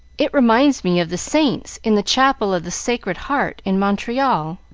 it reminds me of the saints in the chapel of the sacred heart in montreal.